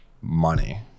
money